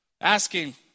asking